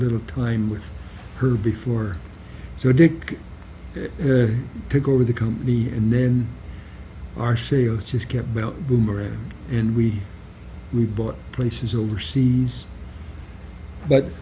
little time with her before so dick pick over the company and then our sales just kept about boomerang and we we bought places overseas but